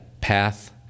path